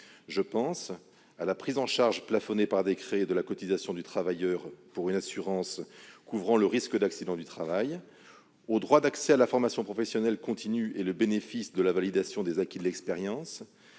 je pense à la prise en charge, plafonnée par décret, de la cotisation du travailleur pour une assurance couvrant le risque d'accident du travail, au droit d'accès à la formation professionnelle continue et au bénéfice de la validation des acquis de l'expérience,